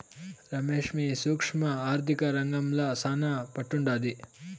రమేష్ కి ఈ సూక్ష్మ ఆర్థిక రంగంల శానా పట్టుండాది